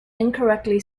incorrectly